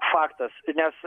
faktas nes